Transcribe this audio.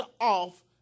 off